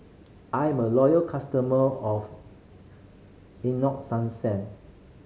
I'm a loyal customer of